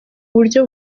buryo